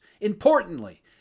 Importantly